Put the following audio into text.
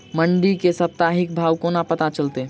मंडी केँ साप्ताहिक भाव कोना पत्ता चलतै?